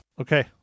okay